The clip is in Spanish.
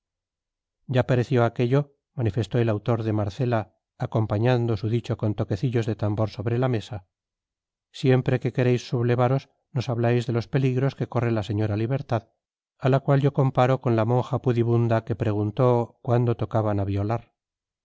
ya pareció aquello manifestó el autor de marcela acompañando su dicho con toquecillos de tambor sobre la mesa siempre que queréis sublevaros nos habláis de los peligros que corre la señora libertad a la cual yo comparo con la monja pudibunda que preguntó cuándo tocaban a violar